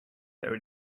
there